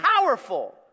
powerful